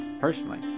personally